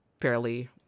fairly